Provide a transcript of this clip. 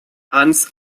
hans